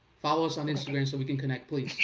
follow us on instagram so we can connect please.